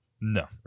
no